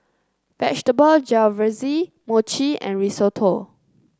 Vegetable Jalfrezi Mochi and Risotto